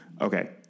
okay